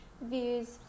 views